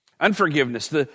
Unforgiveness